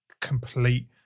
complete